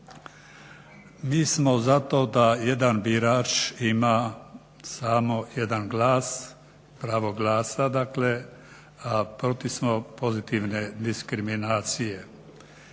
Mi smo za to da jedan birač ima samo jedan glas, pravo glasa dakle, protiv smo pozitivne diskriminacije.